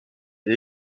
est